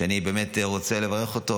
שאני רוצה לברך אותו,